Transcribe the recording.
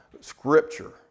Scripture